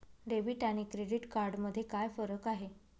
Debit आणि credit card मध्ये काय फरक आहे?